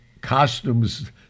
costumes